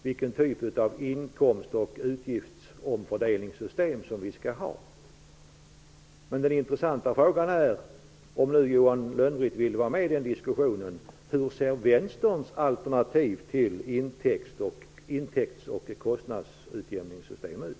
Det kan gälla vilken typ av omfördelningssystem för inkomster och utgifter som vi skall ha. Om nu Johan Lönnroth vill vara med i den diskussionen är den intressanta frågan hur Vänsterns alternativ till utjämningssystem för inkomster och utgifter ser ut.